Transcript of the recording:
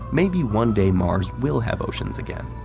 maybe one day mars will have oceans again,